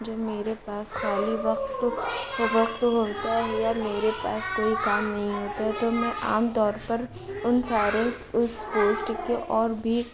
جو میرے پاس خالی وقت وقت ہوتا ہے یا میرے پاس کوئی کام نہیں ہوتا ہے تو میں عام طور پر ان سارے اس پوسٹ کے اور بھی